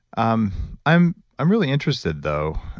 um i'm i'm really interested though,